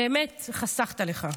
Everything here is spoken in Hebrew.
באמת חסכת לך.